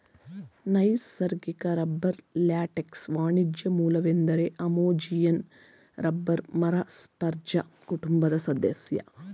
ನೈಸರ್ಗಿಕ ರಬ್ಬರ್ ಲ್ಯಾಟೆಕ್ಸ್ನ ವಾಣಿಜ್ಯ ಮೂಲವೆಂದರೆ ಅಮೆಜೋನಿಯನ್ ರಬ್ಬರ್ ಮರ ಸ್ಪರ್ಜ್ ಕುಟುಂಬದ ಸದಸ್ಯ